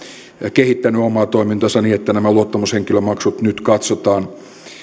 kehittänyt omaa toimintaansa niin että nämä luottamushenkilömaksut nyt katsotaan